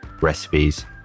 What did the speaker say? recipes